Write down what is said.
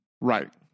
Right